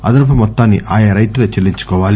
అదనపు మొత్తాన్ని ఆయా రైతులే చెల్లించుకోవాలి